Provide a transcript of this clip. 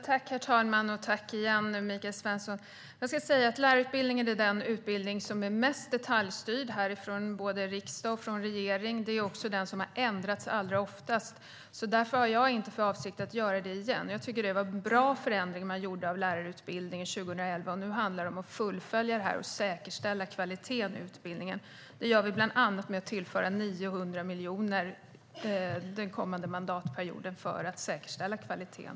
Herr talman! Lärarutbildningen är den utbildning som är mest detaljstyrd från både riksdag och regering. Det är också den som har ändrats allra oftast. Därför har jag inte för avsikt att göra det igen. Jag tycker att det var en bra förändring man gjorde av lärarutbildningen 2011. Nu handlar det om att fullfölja det och säkerställa kvaliteten i utbildningen. Det gör vi bland annat med att tillföra 900 miljoner den kommande mandatperioden för att säkerställa kvaliteten.